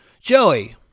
Joey